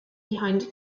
behind